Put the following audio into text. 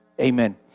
amen